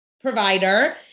provider